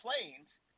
planes